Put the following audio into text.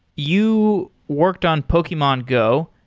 you worked on pokemon go.